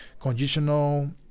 conditional